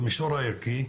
במישור הערכי,